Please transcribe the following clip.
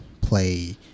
play